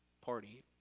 party